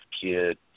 kid